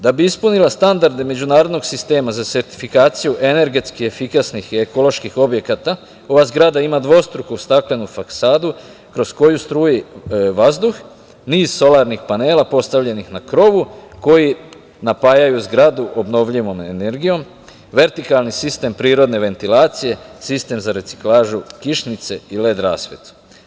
Da bi ispunila standarde međunarodnog sistema za sertifikaciju energetski efikasnih i ekoloških objekata, ova zgrada ima dvostruku staklenu fasadu, kroz koju struji vazduh, niz solarnih panela postavljenih na krovu, koji napajaju zgradu obnovljivom energijom, vertikalni sistem prirodne ventilacije, sistem za reciklažu kišnice i led rasvetu.